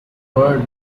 word